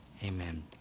Amen